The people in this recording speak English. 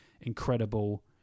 incredible